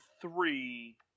three